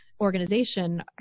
organization